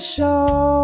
Show